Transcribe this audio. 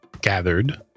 gathered